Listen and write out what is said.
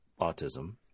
autism